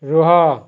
ରୁହ